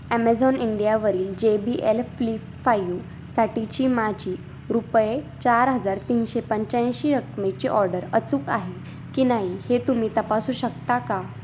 Amazon इंडियावरील J B L Flip फायवसाठीची माझी रुपये चार हजार तीनशे पंच्याऐंशी रकमेची ऑर्डर अचूक आहे की नाही हे तुम्ही तपासू शकता का